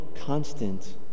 constant